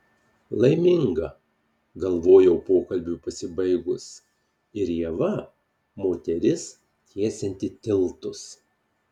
laiminga galvojau pokalbiui pasibaigus ir ieva moteris tiesianti tiltus